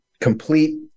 Complete